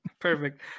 Perfect